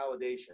validation